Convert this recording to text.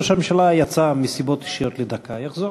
ראש הממשלה יצא מסיבות אישיות לדקה, ויחזור.